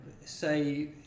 say